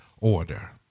order